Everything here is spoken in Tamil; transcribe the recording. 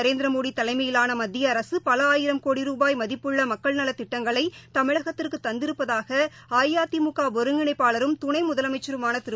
நரேந்திரமோடிதலைமையிலானமத்தியஅரசுபலஆயிரம் கோடி ரூபாய் மதிப்புள்ளமக்கள் நலத்திட்டங்களைதமிழ்நாட்டிற்குதந்திருப்பதாகஅஇஅதிமுகஒருங்கிணைப்பாளரும் துணைமுதலமைச்சருமானதிரு